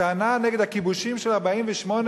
הטענה נגד הכיבושים של 1948,